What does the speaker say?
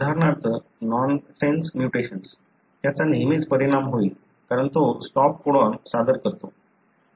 उदाहरणार्थ nonsense mutations त्याचा नेहमीच परिणाम होईल कारण तो स्टॉप कोडॉन सादर करतो